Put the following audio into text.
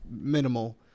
minimal